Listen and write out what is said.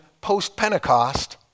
post-Pentecost